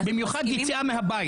במיוחד את איסור היציאה מהבית,